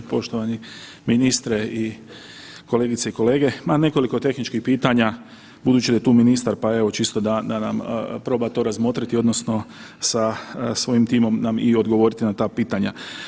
Poštovani ministre i kolegice i kolege, ma nekoliko tehničkih pitanja budući da je tu ministar pa evo čisto da nam proba to razmotriti odnosno sa svojim timom nam i odgovoriti na ta pitanja.